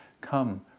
Come